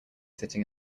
sitting